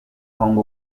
hong